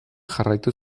jarraitu